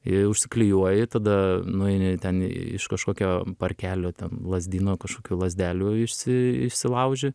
i užsiklijuoji tada nueini ten iš kažkokio parkelio ten lazdyno kažkokių lazdelių išsi išsilauži